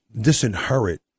disinherit